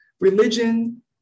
religion